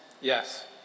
Yes